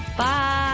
bye